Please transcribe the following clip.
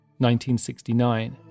1969